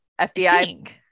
FBI